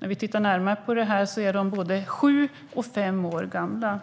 När vi tittar närmare på dem ser vi att de är sju och fem år gamla.